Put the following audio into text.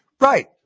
Right